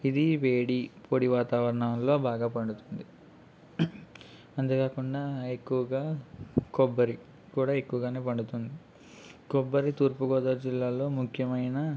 ఇది వేడి పొడి వాతావరణంలో బాగా పండుతుంది అంతేకాకుండా ఎక్కువగా కొబ్బరి కూడా ఎక్కువగా పండుతుంది కొబ్బరి తూర్పుగోదావరి జిల్లాలో ముఖ్యమైన